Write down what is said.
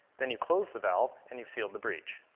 then you close the valve, and you've sealed the breach.